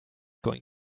going